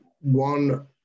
One